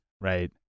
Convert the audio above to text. Right